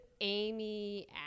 Amy